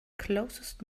closest